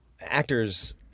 actors